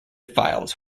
files